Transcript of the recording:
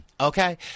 Okay